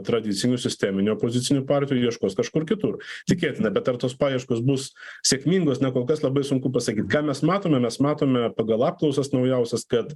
tradicinių sisteminių opozicinių partijų jų ieškos kažkur kitur tikėtina bet ar tos paieškos bus sėkmingos na kol kas labai sunku pasakyt ką mes matome mes matome pagal apklausas naujausias kad